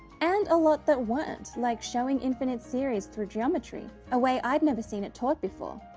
and a lot that weren't like showing infinite series through geometry, a way i'd never seen it taught before.